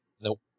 Nope